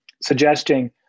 suggesting